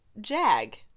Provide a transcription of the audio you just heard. Jag